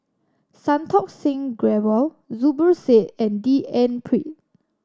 Santokh Singh Grewal Zubir Said and D N Pritt